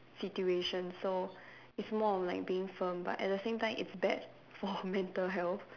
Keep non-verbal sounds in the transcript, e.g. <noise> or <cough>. situation so it's more of like being firm but at the same time it's bad for <laughs> mental health